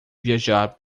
viajar